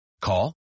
Call